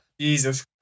Jesus